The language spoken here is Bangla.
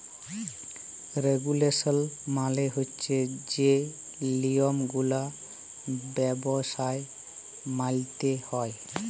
রেগুলেশল মালে হছে যে লিয়মগুলা ব্যবছায় মাইলতে হ্যয়